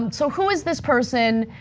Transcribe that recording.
and so who is this person?